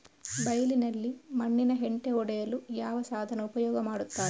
ಬೈಲಿನಲ್ಲಿ ಮಣ್ಣಿನ ಹೆಂಟೆ ಒಡೆಯಲು ಯಾವ ಸಾಧನ ಉಪಯೋಗ ಮಾಡುತ್ತಾರೆ?